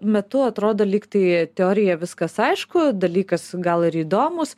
metu atrodo lygtai teorija viskas aišku dalykas gal ir įdomus